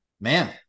man